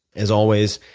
as always,